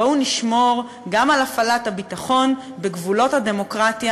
בואו נשמור גם על הפעלת הביטחון בגבולות הדמוקרטיה.